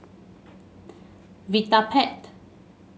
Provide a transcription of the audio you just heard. Vitapet